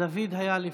דוד היה לפניך.